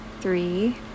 three